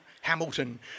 Hamilton